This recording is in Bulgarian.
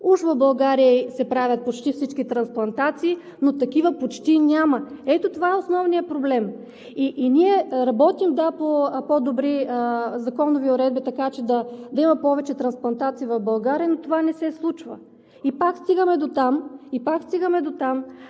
Уж в България се правят почти всички трансплантации, но такива почти няма. Ето това е основният проблем. Ние работим по по-добри законови уредби, така че да има повече трансплантации в България, но това не се случва. Пак стигаме до там, че в България не